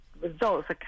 results